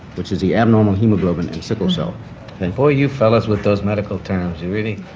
which is the abnormal hemoglobin in sickle cell and boy, you fellows with those medical terms, you really.